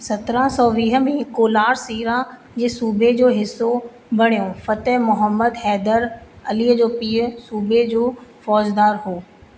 सतिरहं सौ वीह में कोलार सीरा जे सूबे जो हिसो बणियो फ़तेह मुहम्मदु हैदरु अलीअ जो पीउ सूबे जो फ़ौजदार हो